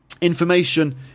Information